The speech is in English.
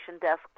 desk